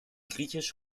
griechisch